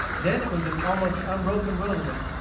then it was an almost unbroken wilderness,